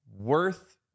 worth